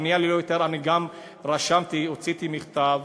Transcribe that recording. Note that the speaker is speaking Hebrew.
הבנייה ללא היתר, אני גם רשמתי, הוצאתי מכתב,